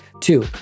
Two